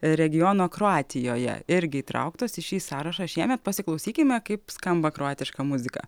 regiono kroatijoje irgi įtrauktas į šį sąrašą šiemet pasiklausykime kaip skamba kroatiška muzika